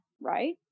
right